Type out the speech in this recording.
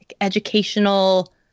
educational